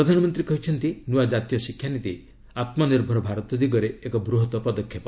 ପ୍ରଧାନମନ୍ତ୍ରୀ କହିଛନ୍ତି ନୂଆ ଜାତୀୟ ଶିକ୍ଷାନୀତି ଆତ୍ମନିର୍ଭର ଭାରତ ଦିଗରେ ଏକ ବୃହତ ପଦକ୍ଷେପ